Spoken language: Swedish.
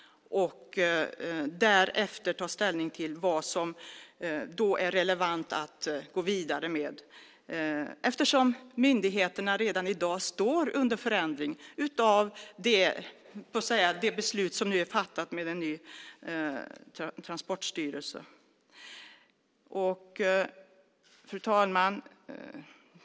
Vi ska därefter ta ställning till vad som är relevant att gå vidare med. Myndigheterna står redan i dag under förändring med det beslut som nu är fattat om en ny transportstyrelse. Fru talman!